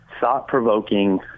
thought-provoking